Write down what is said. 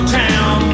town